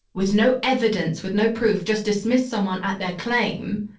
with no evidence, with no proof, just dismiss someone at their claim.